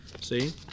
see